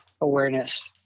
awareness